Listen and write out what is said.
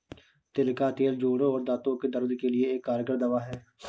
तिल का तेल जोड़ों और दांतो के दर्द के लिए एक कारगर दवा है